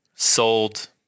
Sold